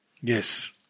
Yes